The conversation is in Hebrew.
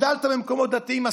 גדלת במקומות דתיים.